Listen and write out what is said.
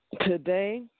Today